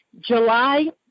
July